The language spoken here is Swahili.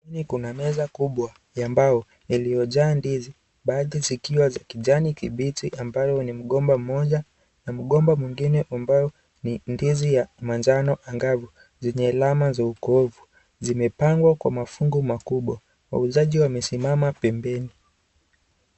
Sokoni kuna meza kubwa ya mbao iliyojaa ndizi za kijani kibichi ambayo ni mgomba mmoja na mgomba mwingine ambao ni ndizi ya manjano angavu, zenye alama za ukovu. Zimepangwa kwa mafungu makubwa, wauzaji wamesimama pembeni.